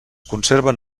conserven